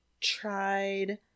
tried